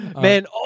Man